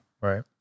Right